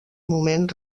moment